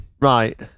Right